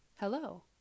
Hello